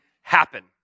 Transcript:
happen